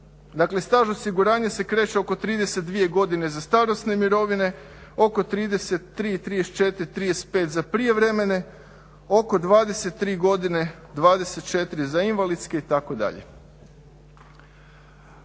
dakle staž osiguranja se kreće oko 32 godine za starosne mirovine, oko 33, 34, 35 za prijevremene, oko 23 godine, 24 za invalidske, itd.